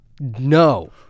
No